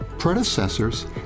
predecessors